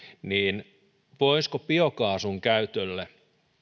niin voisiko biokaasun käytölle